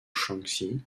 shaanxi